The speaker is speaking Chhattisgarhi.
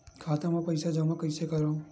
खाता म पईसा जमा कइसे करव?